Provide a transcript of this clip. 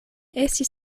estis